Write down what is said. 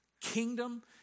kingdom